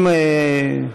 אם את